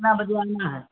کتنا بجے آنا ہے